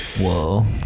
Whoa